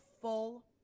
full